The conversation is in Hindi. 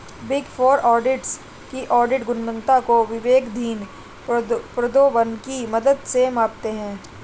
बिग फोर ऑडिटर्स की ऑडिट गुणवत्ता को विवेकाधीन प्रोद्भवन की मदद से मापते हैं